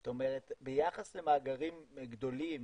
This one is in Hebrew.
זאת אומרת ביחס למאגרים גדולים